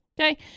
Okay